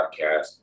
podcast